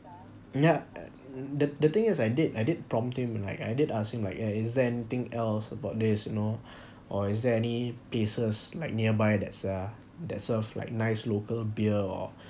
yeah and the the thing is I did I did prompt him like I did ask him like eh is there anything else about this you know or is there any places like nearby there's uh that serve like nice local beer or